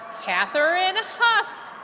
katherine huff